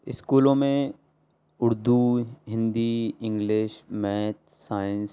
اسکولوں میں Urdu Hindi English math science